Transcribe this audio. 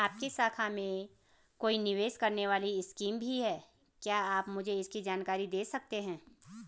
आपकी शाखा में कोई निवेश करने वाली स्कीम भी है क्या आप मुझे इसकी जानकारी दें सकते हैं?